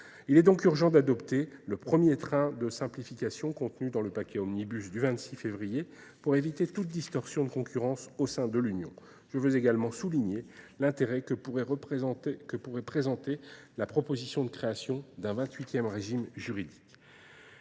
Il est donc urgent d'adopter le premier train de simplification contenu dans le paquet Omnibus du 26 février pour éviter toute distorsion de concurrence au sein de l'Union. Je veux également souligner l'intérêt que pourrait présenter la proposition de création d'un 28e régime juridique.